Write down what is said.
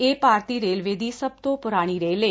ਇਹ ਭਾਰਤੀ ਰੇਲਵੇ ਦੀ ਸਭ ਤੋਂ ਪੁਰਾਣੀ ਰੇਲ ਏ